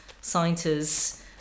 scientists